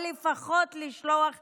או לפחות לשלוח תשובה,